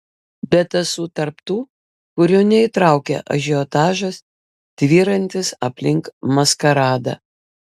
bet esu tarp tų kurių neįtraukia ažiotažas tvyrantis aplink maskaradą